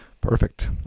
Perfect